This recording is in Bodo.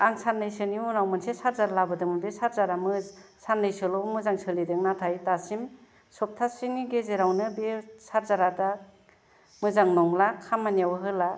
आं सान्नैसोनि उनाव मोनसे सारजार लाबोदोंमोन बे सारजारा सान्नैसोल' मोजां सोलिदों नाथाय दासिम सप्ताहसेनि गेजेरावनो बे सारजारा दा मोजां नंला खामानियाव होला